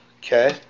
Okay